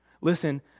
Listen